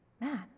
man